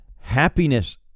Happiness